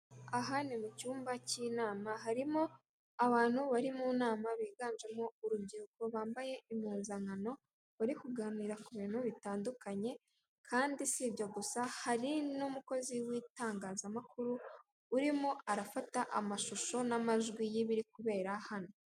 Aha ni mu cyumba cy'inama, harimo abantu bari mu nama biganjemo urubyiruko bambaye impuzankano, bari kuganira ku bintu bitandukanye, kandi si ibyo gusa, hari n'umukozi w'itangazamakuru urimo arafata amashusho n'amajwi y'ibiri kubera hano.